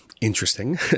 interesting